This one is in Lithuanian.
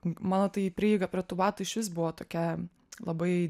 mano tai prieiga prie tų batų išvis buvo tokia labai